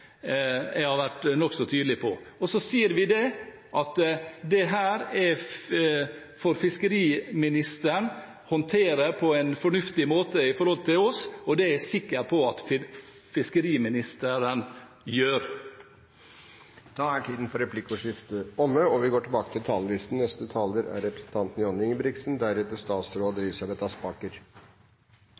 jeg mener jeg har vært nokså tydelig på. Så sier vi at dette får fiskeriministeren håndtere på en fornuftig måte for oss, og det er jeg sikker på at fiskeriministeren gjør. Replikkordskiftet er omme. Jeg lurer på hvor mange i denne salen og omkring på kontorene som er